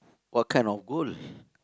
what kind of goal